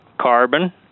carbon